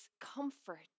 comfort